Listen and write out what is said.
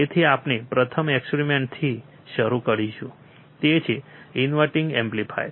તેથી આપણે પ્રથમ એક્સપેરિમેન્ટથી શરૂ કરીશું તે છે ઇન્વર્ટીંગ એમ્પ્લીફાયર